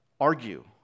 argue